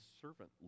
servant